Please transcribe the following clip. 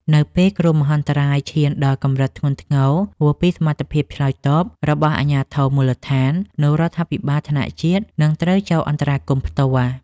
នៅពេលគ្រោះមហន្តរាយឈានដល់កម្រិតធ្ងន់ធ្ងរហួសពីសមត្ថភាពឆ្លើយតបរបស់អាជ្ញាធរមូលដ្ឋាន នោះរដ្ឋាភិបាលថ្នាក់ជាតិនឹងត្រូវចូលអន្តរាគមន៍ផ្ទាល់។